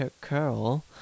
curl